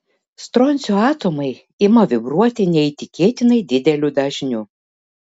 stroncio atomai ima vibruoti neįtikėtinai dideliu dažniu